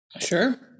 Sure